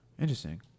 interesting